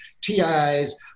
TIs